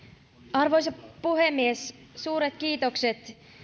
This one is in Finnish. arvoisa puhemies suuret kiitokset